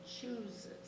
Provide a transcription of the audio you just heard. chooses